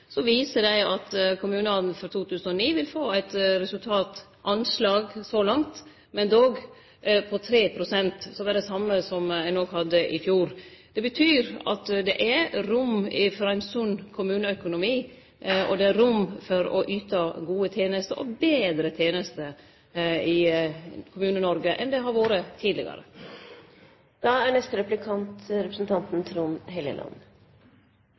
viser dei at kommunane for 2009 vil få eit resultat – anslag så langt, men likevel – på 3 pst., som er det same som i fjor. Det betyr at det er rom for ein sunn kommuneøkonomi, og det er rom for å yte gode tenester og betre tenester i Kommune-Noreg enn det har vore tidlegare.